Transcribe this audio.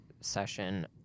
session